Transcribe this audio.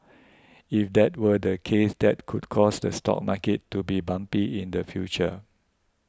if that were the case that could cause the stock market to be bumpy in the future